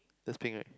that's pink right